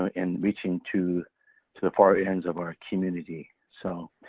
ah in reaching to to the far ends of our community. so,